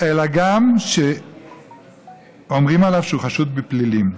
אלא גם אומרים עליו שהוא חשוד בפלילים.